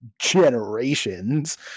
generations